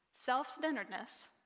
Self-centeredness